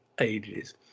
ages